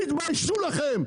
תתביישו לכם.